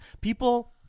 People